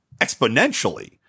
exponentially